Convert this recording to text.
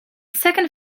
second